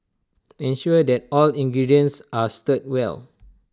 ensure that all ingredients are stirred well